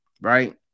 Right